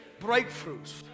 breakthroughs